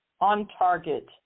on-target